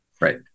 Right